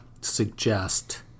suggest